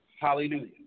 Hallelujah